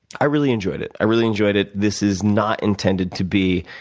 i really enjoyed it. i really enjoyed it. this is not intended to be